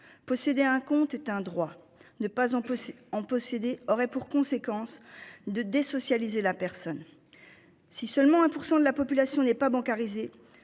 Posséder un compte est un droit, ne pas en peut en posséder aurait pour conséquence de désocialisés la personne. Si seulement 1% de la population n'est pas bancarisés